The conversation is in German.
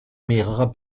mehrerer